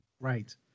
Right